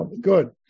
good